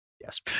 yes